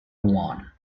one